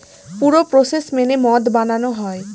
পুরো প্রসেস মেনে মদ বানানো হয়